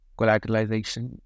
collateralization